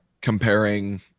comparing